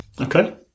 Okay